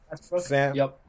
Sam